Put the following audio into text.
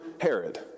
Herod